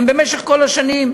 במשך כל השנים,